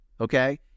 Okay